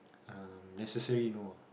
um necessary no ah